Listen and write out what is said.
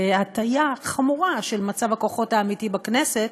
בהטיה חמורה של מצב הכוחות האמיתי בכנסת,